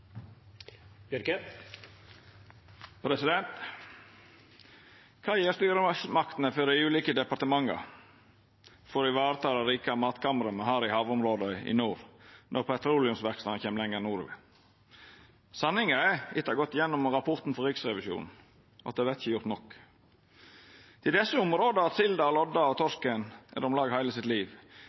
Kva gjer styresmaktene i dei ulike departementa for å vareta det rike matkammeret me har i havområda i nord, når petroleumsverksemda kjem lenger nordover? Sanninga er, etter å ha gått igjennom rapporten frå Riksrevisjonen, at det ikkje vert gjort nok. Det er i desse områda silda, lodda og torsken er om lag heile sitt liv.